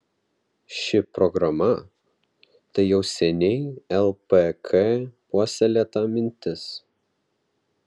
ši programa tai jau seniai lpk puoselėta mintis